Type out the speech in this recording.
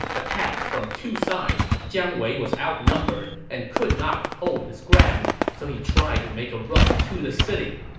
attacked from two sides, jiang wei was outnumbered and could not hold his ground, so he tried to make a run to the city.